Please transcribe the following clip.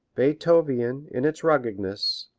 beethov-ian, in its ruggedness,